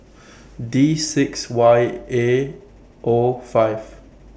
D six Y A O five